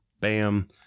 bam